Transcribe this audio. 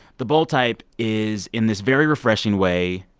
the bold type is, in this very refreshing way,